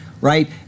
right